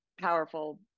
powerful